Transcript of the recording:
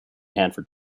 hanford